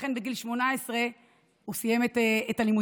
ולכן בגיל 18 הוא סיים את הלימודים,